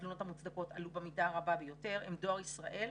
התלונות המוצדקות עלו במידה רבה ביותר הם דואר ישראל,